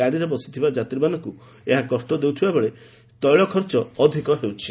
ଗାଡ଼ିରେ ବସିଥିବା ଯାତ୍ରୀମନାଙ୍କୁ ଏହା କଷ୍ଟ ଦେଉଥିବା ବେଳେ ତେିଳ ଖର୍ଚ୍ଚ ଅଧିକ ହେଉଛି